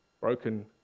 broken